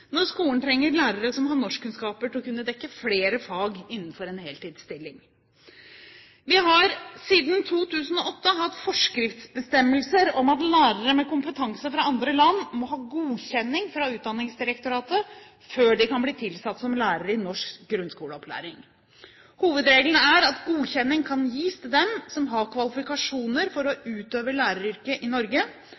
når skolen trenger lærere som har norskkunnskaper for å kunne dekke flere fag innenfor en heltidsstilling. Vi har siden 2008 hatt forskriftsbestemmelser om at lærere med kompetanse fra andre land må ha godkjenning fra Utdanningsdirektoratet før de kan bli tilsatt som lærere i norsk grunnskole. Hovedregelen er at godkjenning kan gis til dem som har kvalifikasjoner for å